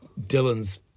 Dylan's